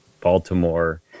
Baltimore